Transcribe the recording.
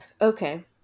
Okay